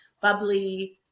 bubbly